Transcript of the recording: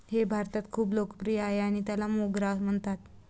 हे भारतात खूप लोकप्रिय आहे आणि त्याला मोगरा म्हणतात